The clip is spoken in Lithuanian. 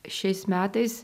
šiais metais